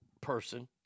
person